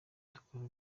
dukora